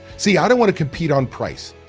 see, i don't want to compete on price.